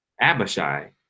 abishai